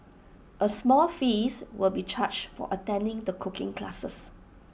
A small fees will be charged for attending the cooking classes